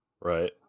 right